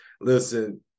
Listen